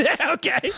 Okay